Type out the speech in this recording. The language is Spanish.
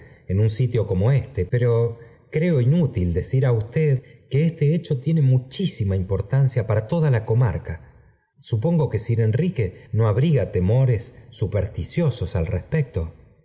en m sitio como éste pero creo inútil decir á usted que este hecho tiene muchísima ims ortancia para toda la comarca supongo que sir inrique no abriga temores supersticiosos al respoeto